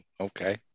okay